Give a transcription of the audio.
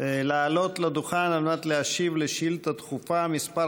לעלות לדוכן על מנת להשיב על שאילתה דחופה מס'